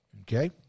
Okay